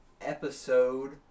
episode